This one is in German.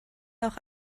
auch